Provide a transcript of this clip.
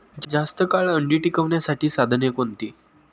जास्त काळ अंडी टिकवण्यासाठी साधने कोणती?